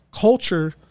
culture